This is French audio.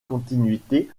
continuité